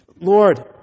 Lord